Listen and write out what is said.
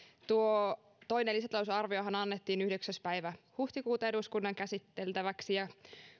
tuo toinen lisätalousarviohan annettiin yhdeksäs päivä huhtikuuta eduskunnan käsiteltäväksi ja